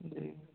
जी